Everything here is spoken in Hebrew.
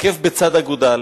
עקב בצד אגודל,